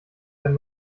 ein